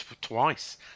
twice